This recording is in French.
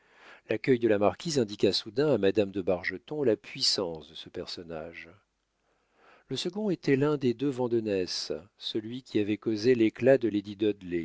l'accueil de la marquise indiqua soudain à madame de bargeton la puissance de ce personnage le second était l'un des deux vandenesse celui qui avait causé l'éclat de